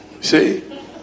see